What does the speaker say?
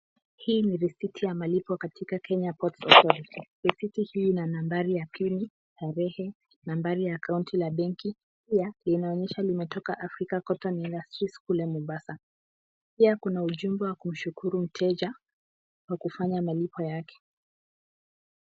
Hili ni risiti ya malipo katika Kenya Port Authority risiti hii ina nambari ya pini, tarehe, nambari ya akaunti ya benki linaonyesha limetoka Afrcan Cotton Industries kule Mombasa, pia kuna ujumbe wa kumshukuru mteja kwa kufanya malipo yake.